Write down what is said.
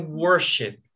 worship